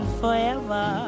forever